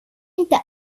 inte